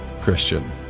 Christian